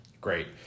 Great